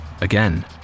Again